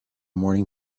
morning